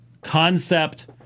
concept